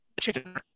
chicken